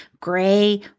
gray